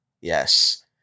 yes